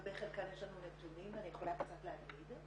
לגבי חלקן יש לנו נתונים, אני יכולה קצת להגיד.